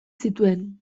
zituen